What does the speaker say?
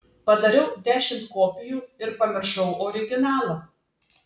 padariau dešimt kopijų ir pamiršau originalą